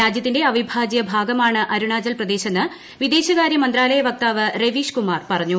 രാജ്യത്തിന്റെ അവിഭാജ്യ ഭാഗമാണ് അരുണാചൽ പ്രദേശെന്ന് വിദേശകാര്യ മന്ത്രാലയ വക്താവ് രവീഷ്കുമാർ പറഞ്ഞു